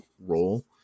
role